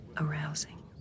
arousing